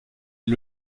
est